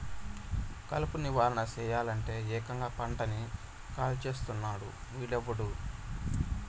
కలుపు నివారణ సెయ్యలంటే, ఏకంగా పంటని కాల్చేస్తున్నాడు వీడెవ్వడు